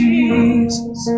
Jesus